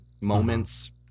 moments